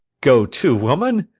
go to, woman!